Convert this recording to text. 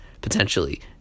potentially